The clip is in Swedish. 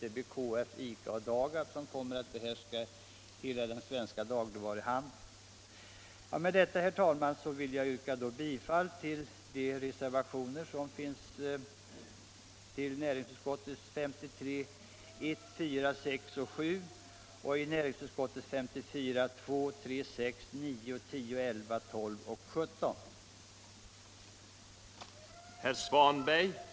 KF, ICA och Dagab kommer att behärska hela den Med detta, herr talman, yrkar jag bifall till reservationerna 1, 4, 6 och 7 vid näringsutskottets betänkande nr 53 samt till reservationerna 2, 3, 4, 6, 9, 10, 11, 12 och 17 vid betänkandet nr 54.